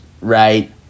right